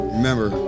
Remember